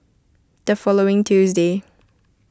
the following Tuesday